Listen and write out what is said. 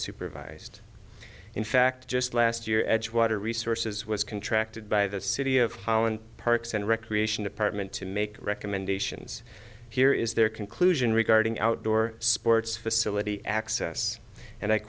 supervised in fact just last year edgewater resources was contract by the city of holland parks and recreation department to make recommendations here is their conclusion regarding outdoor sports facility access and